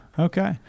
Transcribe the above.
Okay